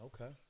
Okay